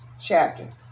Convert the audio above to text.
chapter